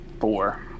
four